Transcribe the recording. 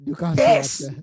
Yes